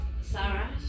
Sarah